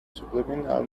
subliminal